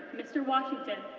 mr. washington,